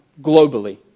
globally